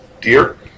Dear